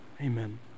Amen